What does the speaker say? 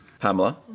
Pamela